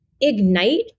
ignite